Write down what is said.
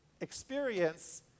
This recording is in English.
experience